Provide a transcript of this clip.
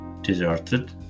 deserted